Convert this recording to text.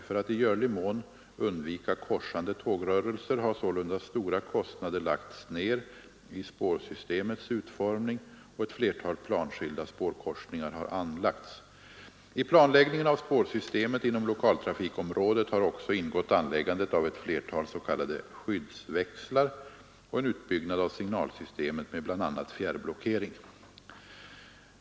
För att i görlig mån undvika korsande tågrörelser har sålunda stora kostnader lagts ned i spårsystemets utformning, och ett flertal planskilda spårkorsningar har anlagts. I planläggningen av spårsystemet inom lokaltrafikområdet har också ingått anläggandet av ett flertal s.k. skyddsväxlar och en utbyggnad av signalsystemet med bl.a. fjärrblockering.